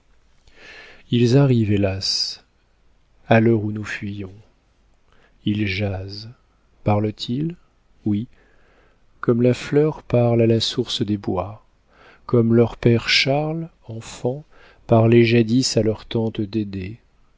ils arrivent hélas à l'heure où nous fuyons ils jasent parlent-ils oui comme la fleur parle a la source des bois comme leur père charle enfant parlait jadis à leur tante